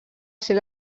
ser